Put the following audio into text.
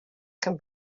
can